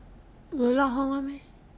will lao hong [one] meh